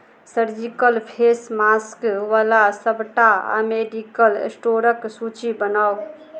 surgical face मास्कवला सभटा medical स्टोरक सूचि बनाउ